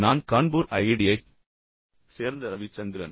நான் கான்பூர் ஐஐடியைச் சேர்ந்த ரவிச்சந்திரன்